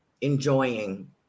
enjoying